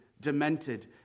demented